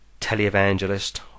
televangelist